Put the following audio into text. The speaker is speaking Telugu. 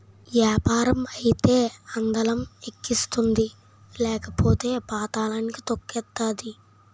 యాపారం అయితే అందలం ఎక్కిస్తుంది లేకపోతే పాతళానికి తొక్కేతాది